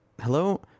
Hello